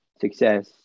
success